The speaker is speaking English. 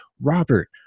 Robert